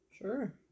Sure